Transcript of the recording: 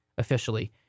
officially